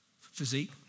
physique